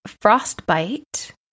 frostbite